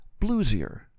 bluesier